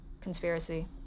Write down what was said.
conspiracy